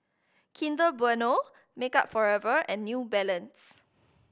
Kinder Bueno Makeup Forever and New Balance